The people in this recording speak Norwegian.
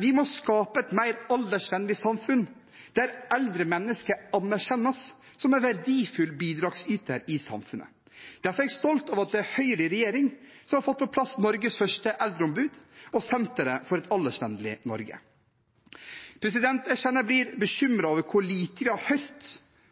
Vi må skape et mer aldersvennlig samfunn, der eldre mennesker anerkjennes som verdifulle bidragsytere i samfunnet. Derfor er jeg stolt over at det er Høyre i regjering som har fått på plass Norges første eldreombud og senteret for et aldersvennlig Norge. Jeg kjenner jeg blir bekymret over hvor lite vi har hørt